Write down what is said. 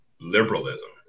liberalism